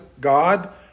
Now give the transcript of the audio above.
God